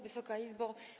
Wysoka Izbo!